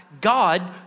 God